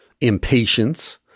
impatience